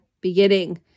beginning